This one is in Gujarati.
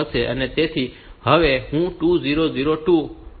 તેથી હવે હું 2002 માં મૂલ્ય સાચવી શકું છું